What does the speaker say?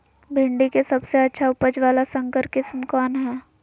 भिंडी के सबसे अच्छा उपज वाला संकर किस्म कौन है?